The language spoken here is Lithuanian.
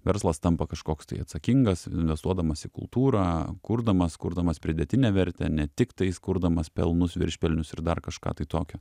verslas tampa kažkoks tai atsakingas investuodamas į kultūrą kurdamas kurdamas pridėtinę vertę ne tiktais kurdamas pelnus viršpelnius ir dar kažką tai tokio